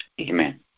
Amen